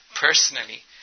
personally